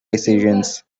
decisions